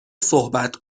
صحبت